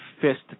fist